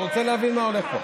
רוצה להבין מה הולך.